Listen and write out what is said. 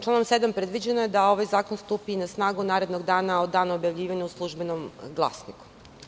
Članom 7. predviđeno je da ovaj zakon stupi na snagu narednog dana od dana objavljivanja u "Službenom glasniku"